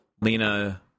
Lena